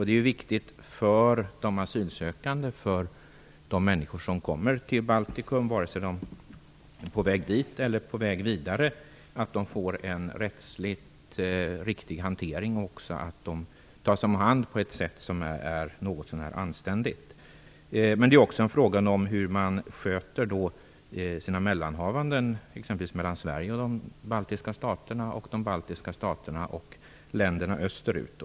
Det är ju viktigt för de asylsökande och för de människor som kommer till Baltikum, vare sig de är på väg dit eller på väg vidare, att de får en rättsligt riktig hantering och att de tas om hand på ett något så när anständigt sätt. Men det är också en fråga om hur man sköter sina mellanhavanden mellan t.ex. Sverige och de baltiska staterna och mellan de baltiska staterna och länderna österut.